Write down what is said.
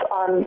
on